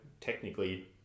technically